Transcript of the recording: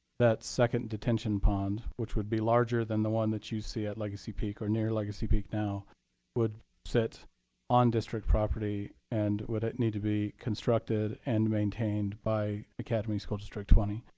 that second detention pond, which would be larger than the one that you see at legacy peak or near legacy peak now would sit on district property and would it need to be constructed and maintained by academy school district twenty.